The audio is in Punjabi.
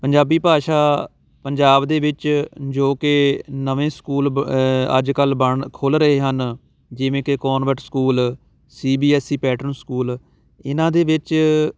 ਪੰਜਾਬੀ ਭਾਸ਼ਾ ਪੰਜਾਬ ਦੇ ਵਿੱਚ ਜੋ ਕਿ ਨਵੇਂ ਸਕੂਲ ਬ ਅੱਜ ਕੱਲ੍ਹ ਬਣ ਖੁੱਲ੍ਹ ਰਹੇ ਹਨ ਜਿਵੇਂ ਕਿ convent school C B S E pattern school ਇਹਨਾਂ ਦੇ ਵਿੱਚ